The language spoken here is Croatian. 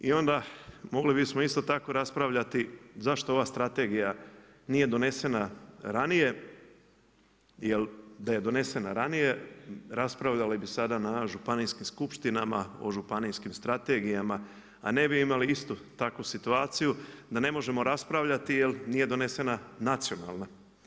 I onda mogli bismo isto tako raspravljati zašto ova strategija nije donesena ranije jer da je donesena ranije raspravljali bi sada na županijskim skupštinama o županijskim strategijama a ne bi imali istu takvu situaciju da ne možemo raspravljati jer nije donesena nacionalna.